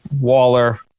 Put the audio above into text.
Waller